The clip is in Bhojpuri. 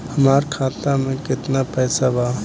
हमार खाता मे केतना पैसा बा?